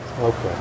okay